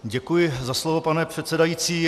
Děkuji za slovo, pane předsedající.